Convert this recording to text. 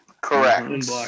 Correct